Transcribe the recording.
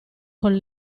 con